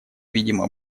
видимо